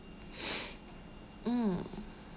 mm